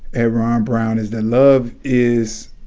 at ron brown is that love is